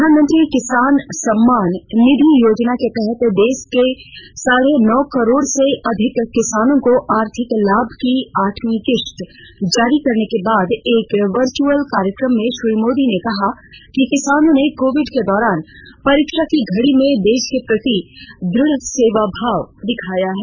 प्रधानमंत्री किसान सम्मान निधि योजना के तहत देश के साढ़े नौ करोड़ से अधिक किसानों को आर्थिक लाभ की आठवीं किस्त जारी करने के बाद एक वर्चुअल कार्यक्रम में श्री मोदी ने कहा कि किसानों ने कोविड के दौरान परीक्षा घड़ी में देश के प्रति दृढ़ सेवा भाव दिखाया है